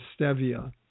stevia